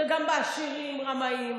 גם בעשירים יש רמאים,